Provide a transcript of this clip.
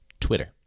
Twitter